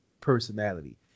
personality